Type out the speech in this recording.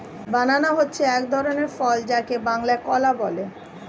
banana হচ্ছে এক ধরনের ফল যাকে বাংলায় কলা বলে